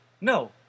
No